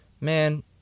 Man